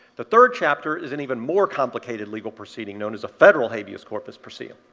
the third chapter is an even more complicated legal proceeding known as a federal habeas corpus proceeding.